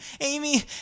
Amy